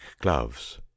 gloves